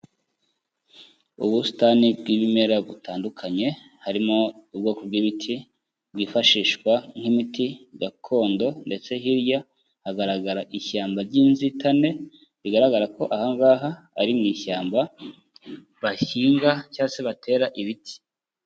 Ubusitani bw'ibimera butandukanye, harimo ubwoko bw'ibiti bwifashishwa nk'imiti gakondo, ndetse hirya hagaragara ishyamba ry'inzitane, bigaragara ko aha ngaha ari mu ishyamba bahinga cyangwa se batera ibiti.